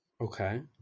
Okay